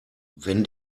wenn